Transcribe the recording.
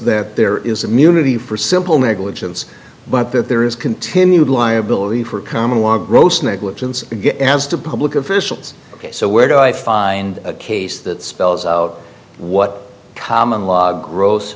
that there is a munity for simple negligence but that there is continued liability for common law gross negligence to get as to public officials ok so where do i find a case that spells out what common law gross